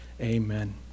Amen